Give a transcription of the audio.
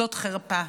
זאת חרפה.